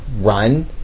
run